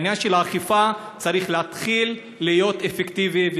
העניין של האכיפה צריך להתחיל להיות אפקטיבי,